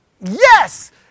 Yes